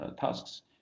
tasks